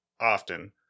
often